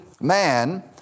man